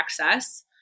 access